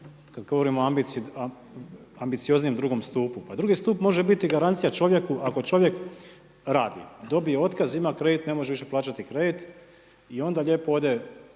kad govorim o ambicioznijem drugom stupu. Pa drugi stup može biti garancija čovjeku ako čovjek radi, dobije otkaz, ima kredit, ne može više plaćati kredit i onda lijepo ode